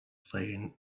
playing